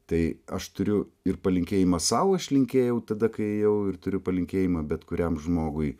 tai aš turiu ir palinkėjimą sau aš linkėjau tada kai ėjau ir turiu palinkėjimą bet kuriam žmogui